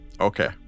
Okay